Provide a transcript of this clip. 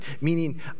meaning